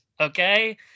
okay